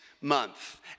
month